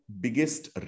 biggest